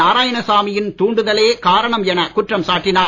நாராயணசாமியின் தூண்டுதலே காரணம் என குற்றம் சாட்டினார்